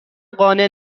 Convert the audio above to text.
قانع